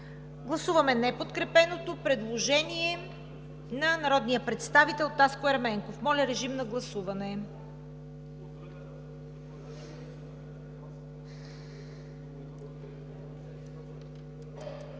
гласуване неподкрепеното предложение на народния представител Таско Ерменков. Гласували